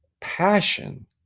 passion